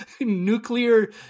nuclear